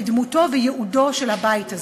בדמותו וייעודו של הבית הזה.